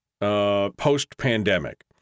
post-pandemic